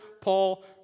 Paul